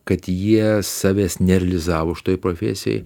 kad jie savęs nerealizavo šitoj profesijoj